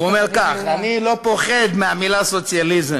הוא אומר כך: אני לא פוחד מהמילה סוציאליזם,